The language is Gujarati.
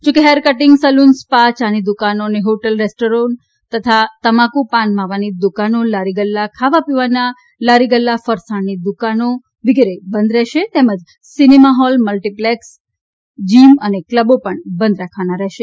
જોકે હેર કટિંગ સલૂન સ્પા ચાની દુકાનો અને હોટેલ રેસ્ટોરન્ટ અને હોટેલો તમાકુ પાન માવાની દુકાનો લારી ગલ્લા ખાવાપીવાના લારી ગલ્લા ફરસાણની દુકાનો અને લારી બંધ રહેશે તેમજ સિનેમા હોલ મલ્ટીપ્લેક્ષ જીમ અને ક્લબો બંધ રાખવાના રહેશે